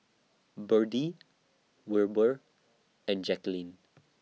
Berdie Wilbur and Jaquelin